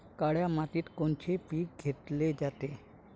काळ्या मातीत कोनचे पिकं घेतले जाते?